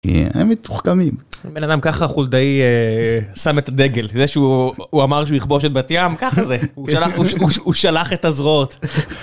כי הם מתוחכמים. אם הן אדם ככה חולדאי שם את הדגל, זה שהוא אמר שהוא יכבוש את בת ים, ככה זה, הוא שלח את הזרועות.